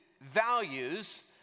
values